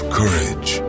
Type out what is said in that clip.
courage